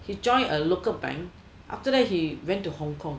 he joined a local bank after that he went to hong-kong